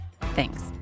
Thanks